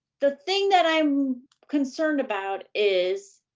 the thing that i'm concerned about is,